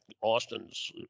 Austin's